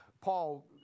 Paul